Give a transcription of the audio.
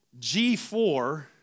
G4